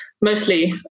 mostly